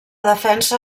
defensa